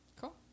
Cool